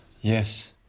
Yes